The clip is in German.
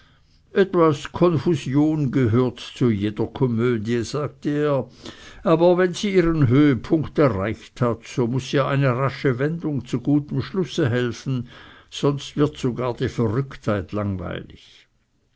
etwas konfusion gehört zu jeder komödie sagte er aber wenn sie ihren höhepunkt erreicht hat muß ihr eine rasche wendung zu gutem schlusse helfen sonst wird sogar die verrücktheit langweilig